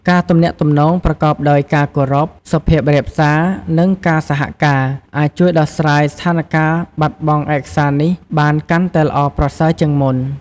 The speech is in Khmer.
ការទំនាក់ទំនងប្រកបដោយ ការគោរព សុភាពរាបសារ និងការសហការ អាចជួយដោះស្រាយស្ថានការណ៍បាត់បង់ឯកសារនេះបានកាន់តែល្អប្រសើរជាងមុន។